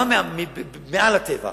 גם מעל הטבע,